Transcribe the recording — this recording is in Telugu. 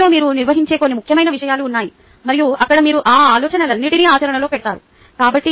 తరగతిలో మీరు నిర్వహించే కొన్ని ముఖ్యమైన విషయాలు ఉన్నాయి మరియు అక్కడ మీరు ఈ ఆలోచనలన్నింటినీ ఆచరణలో పెడతారు